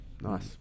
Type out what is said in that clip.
nice